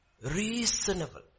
reasonable